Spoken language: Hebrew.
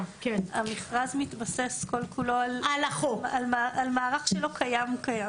המכרז מתבסס על מערך שלא קיים כיום.